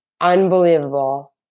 unbelievable